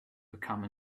become